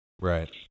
Right